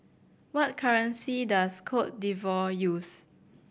what currency does Cote D'Ivoire use